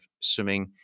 swimming